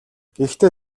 гэхдээ